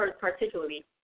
particularly